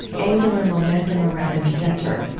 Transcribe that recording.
angular momentum around their center.